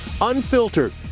Unfiltered